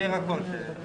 אני אסביר הכול.